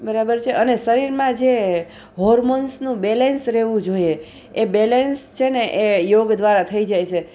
બરાબર છે અને શરીરમાં જે હોર્મોન્સનું બેલેન્સ રહેવું જોઈએ એ બેલેન્સ છે ને એ યોગ દ્વારા થઈ જાય છે